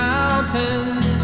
Mountains